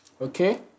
Okay